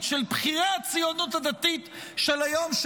של בכירי הציונות הדתית של היום,